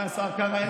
סגן השר קארה,